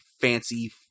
fancy